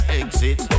exit